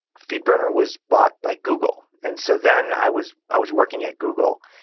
feedburner was bought by google, and so then, i was i was working at google.